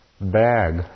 bag